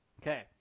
okay